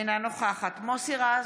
אינה נוכחת מוסי רז,